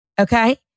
Okay